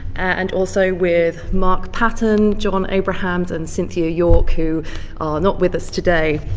and also with mark patton, john abrahams, and cynthia york who are not with us today.